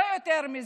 לא יותר מזה.